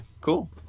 cool